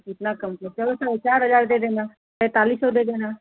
इतना कम क्यों चलो चलो चार हज़ार दे देना पैंतालीस सौ दे देना